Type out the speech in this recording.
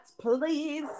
please